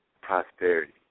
prosperity